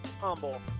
humble